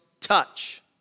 touch